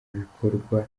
bikorwa